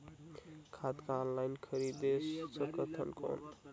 खाद ला ऑनलाइन खरीदे सकथव कौन?